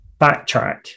backtrack